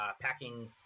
packing